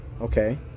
Okay